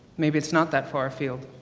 maybe it's not that far field.